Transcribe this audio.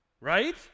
Right